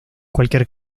cualquier